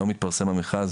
היום התפרסם המכרז.